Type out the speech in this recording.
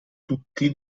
tutti